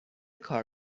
کار